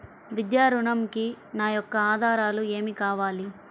విద్యా ఋణంకి నా యొక్క ఆధారాలు ఏమి కావాలి?